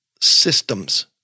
systems